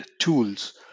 tools